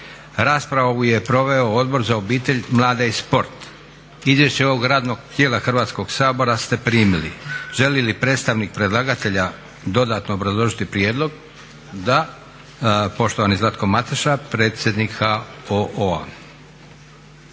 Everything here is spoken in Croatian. Raspravu je proveo Odbor za obitelj, mlade i sport. Izvješće ovog radnog tijela Hrvatskog sabora ste primili. Želi li predstavnik predlagatelja dodatno obrazložiti prijedlog? Da. Poštovani Zlatko Mateša predsjednik HOO-a.